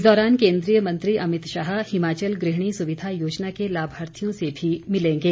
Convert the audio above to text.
इस दौरान केंद्रीय मंत्री अमित शाह हिमाचल गृहिणी सुविधा योजना के लाभार्थियों से भी मिलेंगे